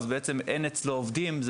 אז בעצם אין אצלו עובדים של